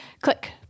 Click